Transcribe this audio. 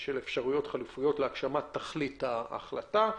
של אפשרויות חלופיות להגשמת תכלית ההחלטה.